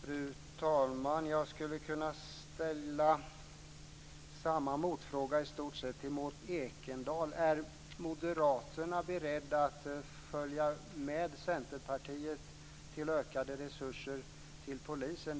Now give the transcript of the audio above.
Fru talman! Jag skulle i stort sett kunna ställa samma motfråga till Maud Ekendahl. Är Moderaterna berett att följa med Centerpartiet och ge ökade resurser till polisen?